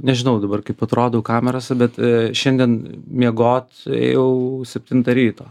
nežinau dabar kaip atrodau kamerose bet šiandien miegot ėjau septintą ryto